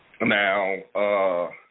Now